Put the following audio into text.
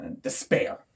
despair